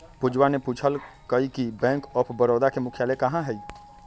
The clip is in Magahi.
पूजवा ने पूछल कई कि बैंक ऑफ बड़ौदा के मुख्यालय कहाँ हई?